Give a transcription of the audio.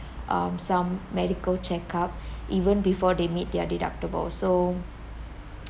um some medical checkup even before they meet their deductible so